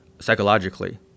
psychologically